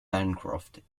bancroft